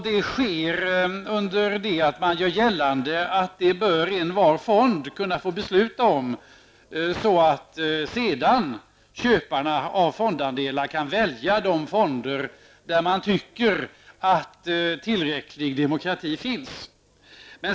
Det sker under det att man gör gällande att envar fond bör kunna få besluta om det, så att köparna av fondandelar sedan kan välja de fonder där man tycker att tillräcklig demokrati finns.